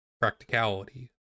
practicality